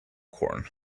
corn